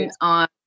on